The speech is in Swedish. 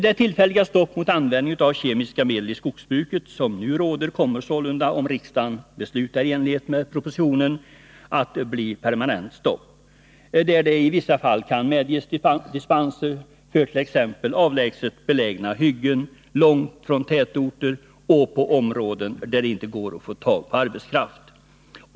Det tillfälliga stopp mot användning av kemiska medel i skogsbruket som nu råder kommer sålunda, om riksdagen beslutar i enlighet med propositionen, att bli ett permanent stopp, där det i vissa fall kan medges dispenser för t.ex. hyggen som är avlägset belägna, långt ifrån tätorter och i områden där det inte går att få tag på arbetskraft.